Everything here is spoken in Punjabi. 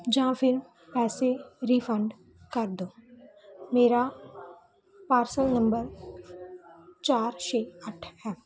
ਜਾਂ ਫਿਰ ਪੈਸੇ ਰੀਫੰਡ ਕਰ ਦਓ ਮੇਰਾ ਪਾਰਸਲ ਨੰਬਰ ਚਾਰ ਛੇ ਅੱਠ ਹੈ